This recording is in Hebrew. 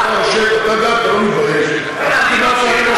אתה לא מתבייש?